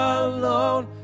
alone